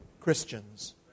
Christians